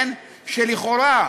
שלכאורה,